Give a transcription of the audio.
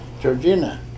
Georgina